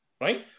Right